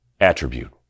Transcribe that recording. attribute